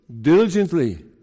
diligently